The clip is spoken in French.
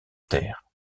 terre